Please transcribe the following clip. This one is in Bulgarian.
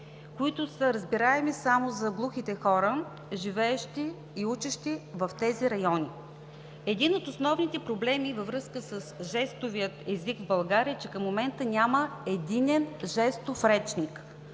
които са разбираеми само за глухите хора, живеещи и учещи в тези райони. Един от основните проблеми във връзка с жестовия език в България е, че към момента няма единен жестов речник,